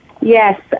Yes